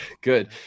Good